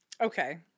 Okay